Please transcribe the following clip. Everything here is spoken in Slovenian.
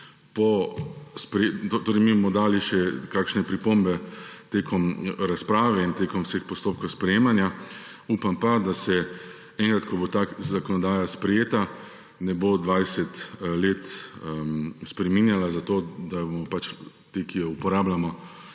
Torej, mi bomo dali še kakšne pripombe tekom razprave in tekom vseh postopkov sprejemanja, upam pa, da se enkrat, ko bo ta zakonodaja sprejeta, ne bo 20 let spreminjala, zato da bomo ti, ki jo uporabljamo,